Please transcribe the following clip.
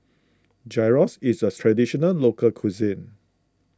Gyros is a Traditional Local Cuisine